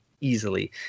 easily